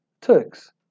Turks